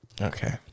Okay